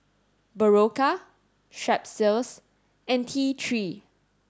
Berocca Strepsils and T three